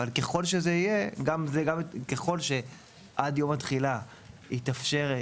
אבל ככל שעד יום התחילה זה יתאפשר,